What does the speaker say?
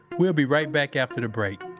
we'll be right back after the break